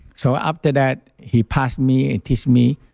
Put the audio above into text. so, after that, he passed me and teach me.